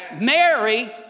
Mary